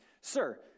Sir